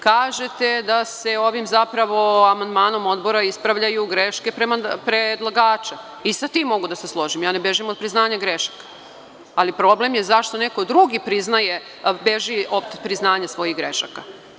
Kažete da se ovim amandmanom odbora ispravljaju greške predlagača i sa tim mogu da se složim, ja ne bežim od priznanja grešaka, ali problem je zašto neko drugi priznaje, beži od priznanja svojih grešaka.